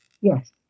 Yes